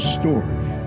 story